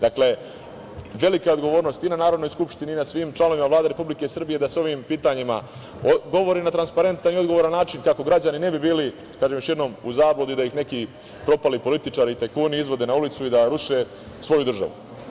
Dakle, velika je odgovornost i na Narodnoj skupštini i na svim članovima Vlade Republike Srbije da se o ovim pitanjima govori na transparentan i odgovoran način kako građani ne bi bili u zabludi da ih neki propali političar i tajkuni izvode na ulicu i da ruše svoju državu.